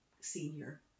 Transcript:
senior